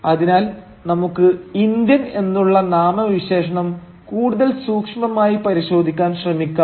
അതിനാൽ നമുക്ക് ഇന്ത്യൻ എന്നുള്ള നാമവിശേഷണം കൂടുതൽ സൂക്ഷ്മമായി പരിശോധിക്കാൻ ശ്രമിക്കാം